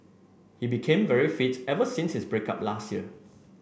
he became very fit ever since his break up last year